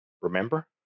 Remember